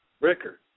Ricker